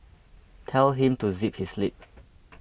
tell him to zip his lip